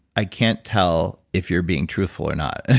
i can't tell if you're being truthful or not.